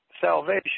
Salvation